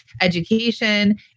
education